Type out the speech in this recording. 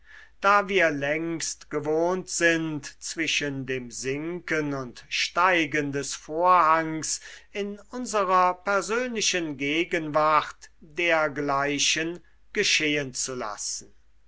da wir längst gewohnt sind zwischen dem sinken und steigen des vorhangs in unserer persönlichen gegenwart dergleichen geschehen zu lassen